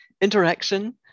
interaction